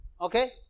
Okay